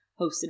hosted